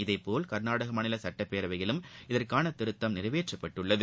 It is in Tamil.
அதேபோல் கா்நாடக மாநில சுட்டப்பேரவையிலும் இதற்கான திருத்தம் நிறைவேற்றப்பட்டுள்ளது